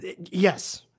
Yes